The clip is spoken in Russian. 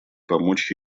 помочь